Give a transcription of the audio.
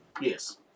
Yes